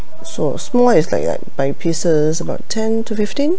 so small is like like by pieces is about ten to fifteen